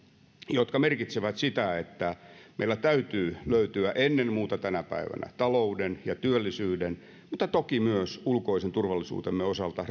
jotka merkitsevät sitä että meillä täytyy löytyä ennen muuta tänä päivänä talouden ja työllisyyden mutta toki myös ulkoisen turvallisuutemme osalta